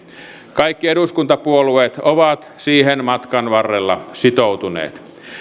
kaikki eduskuntapuolueet ovat siihen matkan varrella sitoutuneet